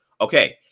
Okay